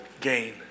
gain